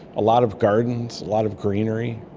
a lot of gardens, a lot of greenery.